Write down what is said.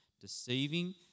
deceiving